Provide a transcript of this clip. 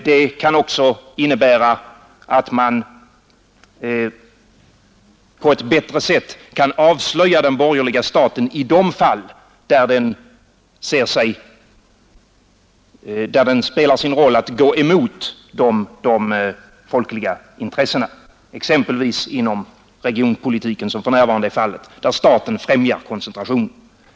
Det kan också innebära att man på ett bättre sätt kan avslöja den borgerliga staten i de fall där den spelar sin roll att gå emot de folkliga intressena, exempelvis inom regionpolitiken, som för närvarande sker då staten främjar koncentrationen.